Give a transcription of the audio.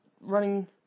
running